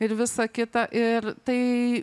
ir visa kita ir tai